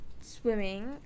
swimming